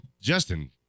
Justin